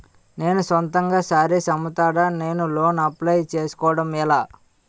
నేను సొంతంగా శారీస్ అమ్ముతాడ, నేను లోన్ అప్లయ్ చేసుకోవడం ఎలా?